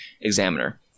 examiner